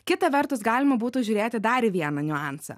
kita vertus galima būtų žiūrėti dar į vieną niuansą